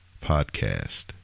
podcast